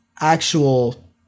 actual